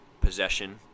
possession